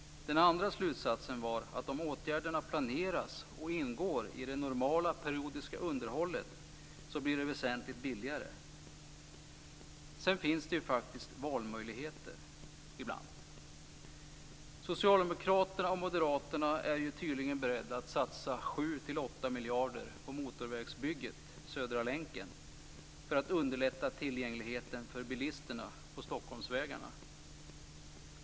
En annan slutsats var att om åtgärderna planeras och ingår i det normala periodiska underhållet blir det väsentligt billigare. Sedan finns det faktiskt valmöjligheter ibland. Socialdemokraterna och moderaterna är tydligen beredda att satsa 7-8 miljarder på motorvägsbygget Södra länken för att underlätta tillgängligheten för bilisterna på Stockholmsvägarna.